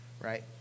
right